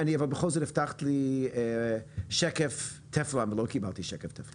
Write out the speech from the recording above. אבל בכל זאת הבטחת לי שקף טפלון ולא קיבלתי שקף טפלון.